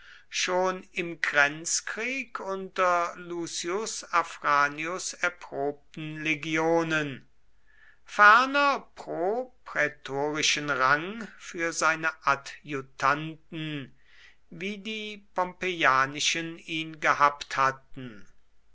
schon im grenzkrieg unter lucius afranius erprobten legionen ferner proprätorischen rang für seine adjutanten wie die pompeianischen ihn gehabt hatten